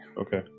Okay